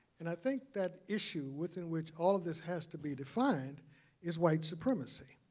and i think that issue within which all of this has to be defined is white supremacy.